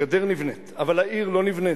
הגדר נבנית, אבל העיר לא נבנית.